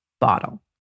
bottle